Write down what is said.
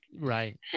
Right